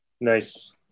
Nice